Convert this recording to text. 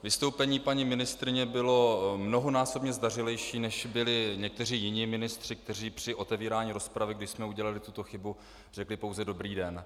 Vystoupení paní ministryně bylo mnohonásobně zdařilejší, než byli někteří jiní ministři, kteří při otevírání rozpravy, kdy jsme udělali tuto chybu, řekli pouze dobrý den.